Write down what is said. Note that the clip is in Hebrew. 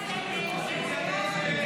ההסתייגויות